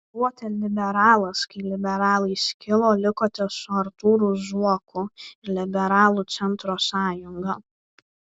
buvote liberalas kai liberalai skilo likote su artūru zuoku ir liberalų centro sąjunga